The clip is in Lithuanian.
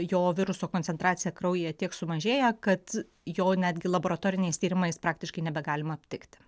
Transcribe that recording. jo viruso koncentracija kraujyje tiek sumažėja kad jo netgi laboratoriniais tyrimais praktiškai nebegalima aptikti